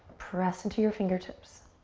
press into your fingertips.